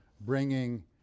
bringing